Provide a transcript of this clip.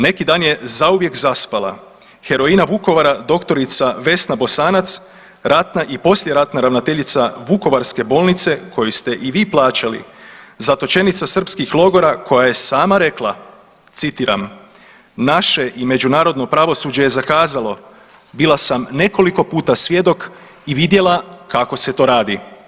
Neki dan je zauvijek zaspala heroina Vukovara dr. Vesna Bosanac, ratna i poslijeratna ravnateljica vukovarske bolnice koju ste i vi plaćali, zatočenica srpskih logora koja je sama rekla citiram, naše i međunarodno pravosuđe je zakazalo, bila sam nekoliko puta svjedok i vidjela kako se to radi.